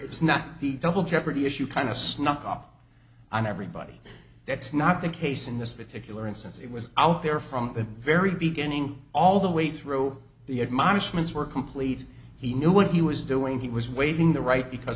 it's not the double jeopardy issue kind of snuck up on everybody that's not the case in this particular instance it was out there from the very beginning all the way through the admonishments were complete he knew what he was doing he was waiving the right because